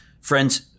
Friends